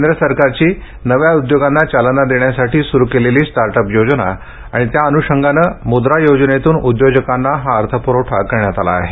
केंद्र सरकारची नव्या उद्योगांना चालना देण्यासाठी सुरू केलेली स्टार्टअप योजना आणि त्या अनुषंगानं मुद्रा योजनेतून उद्योजकांना हा अर्थप्रवठा करण्यात आला आहे